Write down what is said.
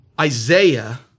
Isaiah